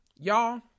Y'all